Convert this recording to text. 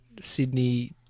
Sydney